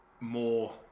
more